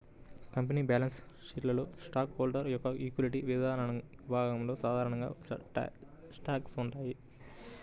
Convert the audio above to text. company balance షీట్లోని stock holder యొక్క equity విభాగంలో సాధారణ స్టాక్స్ ఉంటాయి